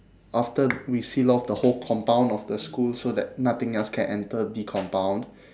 after we seal off the whole compound of the school so that nothing else can enter the compound